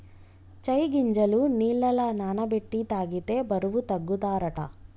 చై గింజలు నీళ్లల నాన బెట్టి తాగితే బరువు తగ్గుతారట